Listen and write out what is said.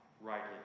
rightly